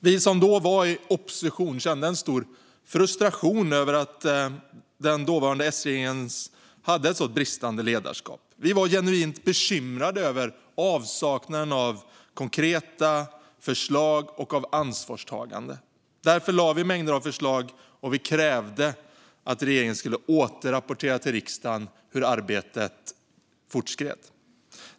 Vi som då var i opposition kände en stor frustration över att den dåvarande S-regeringen uppvisade ett så bristande ledarskap. Vi var genuint bekymrade över avsaknaden av konkreta förslag och ansvarstagande. Därför lade vi fram mängder av förslag, och vi krävde att regeringen skulle återrapportera till riksdagen hur arbetet fortskred.